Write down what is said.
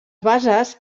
bases